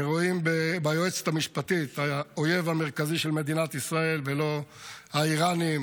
שרואים ביועצת המשפטית האויב המרכזי של מדינת ישראל ולא האיראנים,